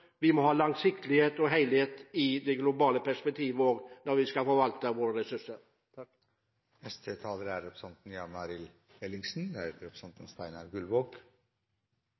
vi må ha langsiktighet og helhet i det globale perspektivet også når vi skal forvalte våre ressurser.